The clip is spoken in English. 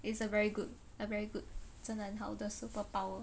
it's a very good a very good 真的很好的 superpower